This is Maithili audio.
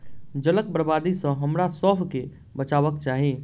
जलक बर्बादी सॅ हमरासभ के बचबाक चाही